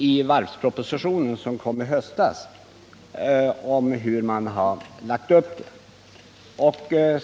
I varvspropositionen som kom i höstas talar man om hur man har lagt upp det.